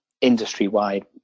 industry-wide